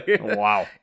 Wow